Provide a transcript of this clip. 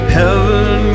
heaven